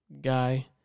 guy